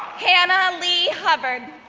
hannah lee hubbard,